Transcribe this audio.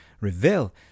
reveal